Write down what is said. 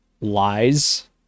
lies